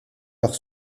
leur